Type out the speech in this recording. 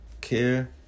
care